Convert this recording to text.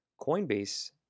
Coinbase